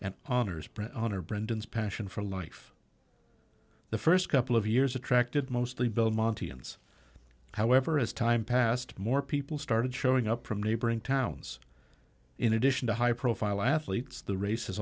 and honors honor brendan's passion for life the first couple of years attracted mostly belmonte ins however as time passed more people started showing up from neighboring towns in addition to high profile athletes the race